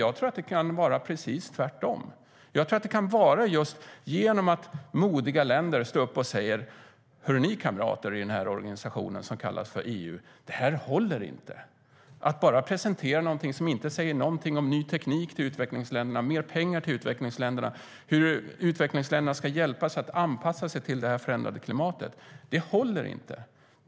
Jag tror att det kan vara precis tvärtom och att modiga länder kan stå upp och säga: Hör ni, kamrater i den här organisationen som kallas EU, det här håller inte. Att bara presentera något som inte säger någonting om ny teknik eller mer pengar till utvecklingsländerna eller om hur de ska få hjälp att anpassa sig till det förändrade klimatet håller inte.